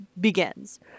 begins